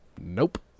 Nope